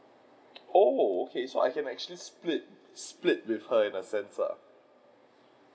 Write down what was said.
oh okay so I can actually split split with her in a sense lah